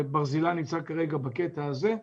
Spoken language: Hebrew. וברזילי נמצא כרגע בקטע הזה,